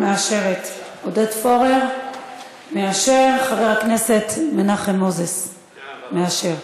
עודד פורר מאשר, חבר הכנסת מנחם מוזס מאשר.